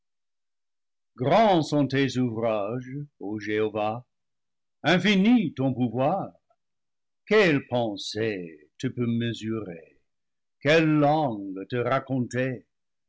sont tes ouvrages ô jéhovah infini ton pou voir quelle pensée te peut mesurer quelle langue te racon